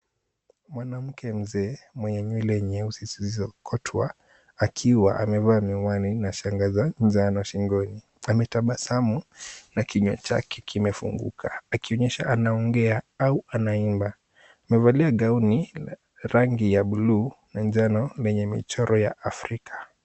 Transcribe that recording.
Mwanamke mzee mwenye nywele nyeusi zilikotwa akiwa amevaa miwani na shanga za njano shingoni. Ametabasamu na kinywa chake kimefunguka, akionyesha anaongea au anaimba. Amevalia gauni la rangi ya buluu na njano lenye michoro ya Afrika.